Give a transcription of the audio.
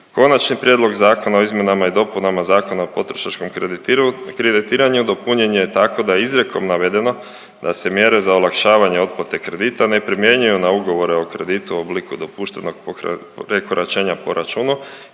Konačni prijedlog zakona o izmjenama i dopunama Zakona o potrošačkom kreditiranju dopunjen je tako da je izrijekom navedeno da se mjere za olakšavanje otplate kredita ne primjenjuju na ugovore o kreditu u obliku dopuštenog prekoračenja po računu